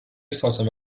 فاطمه